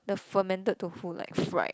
the fermented tofu like fried